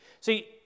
See